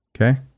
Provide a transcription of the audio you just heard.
Okay